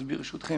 ברשותכם,